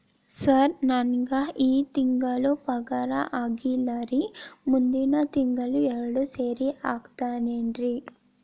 sir ನಂಗ ಈ ತಿಂಗಳು ಪಗಾರ ಆಗಿಲ್ಲಾರಿ ಮುಂದಿನ ತಿಂಗಳು ಎರಡು ಸೇರಿ ಹಾಕತೇನ್ರಿ